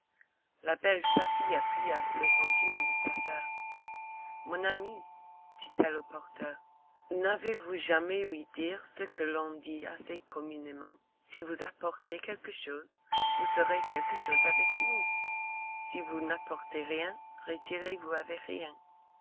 la belle safie appuya le sentiment de sa soeur mon ami dit-elle au porteur n'avez-vous jamais ouï dire ce que l'on dit assez communément si vous apportez quelque chose vous serez quelque chose avec nous si vous n'apportez rien retirez-vous avec rien